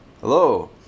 Hello